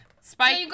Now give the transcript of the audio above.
Spike